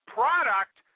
product